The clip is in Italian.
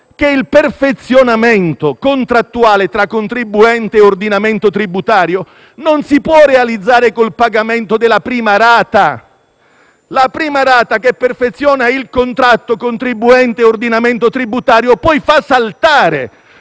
che il perfezionamento contrattuale tra contribuente e ordinamento tributario non si può realizzare con il pagamento della prima rata. La prima rata, che perfeziona il contratto tra contribuente e ordinamento tributario, fa saltare